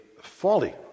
folly